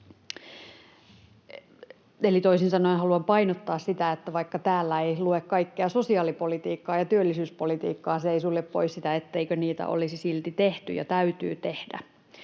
toisin sanoen haluan painottaa sitä, että vaikka täällä ei lue kaikkea sosiaalipolitiikkaa ja työllisyyspolitiikkaa, se ei sulje pois sitä, etteikö niitä olisi silti tehty ja täytyisi tehdä.